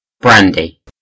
Brandy